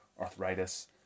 arthritis